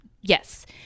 yes